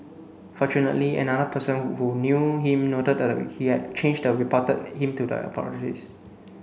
fortunately another person who knew him noted that he had changed and reported him to the authorities